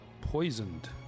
poisoned